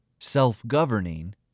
self-governing